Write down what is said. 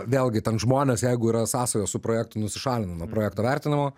vėlgi ten žmonės jeigu yra sąsaja su projektu nusišalina nuo projekto vertinimo